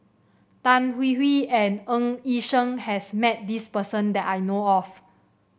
Tan Hwee Hwee and Ng Yi Sheng has met this person that I know of